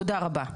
תודה רבה.